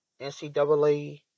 NCAA